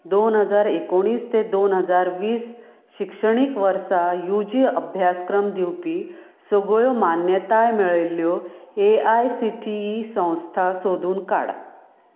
दोन हजार एकोणीस ते दोन हजार वीस शिक्षणीक वर्सा यूजी अभ्यासक्रम दिवपी सगळ्यो मान्यताय मेळयल्ल्यो A I C T E संस्था सोदून काड